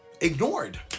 ignored